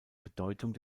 bedeutung